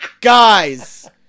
Guys